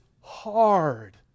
hard